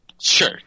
sure